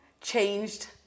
changed